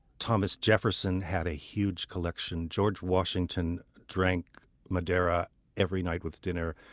thomas jefferson had a huge collection. george washington drank madeira every night with dinner.